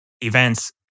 events